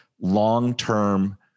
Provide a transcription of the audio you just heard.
long-term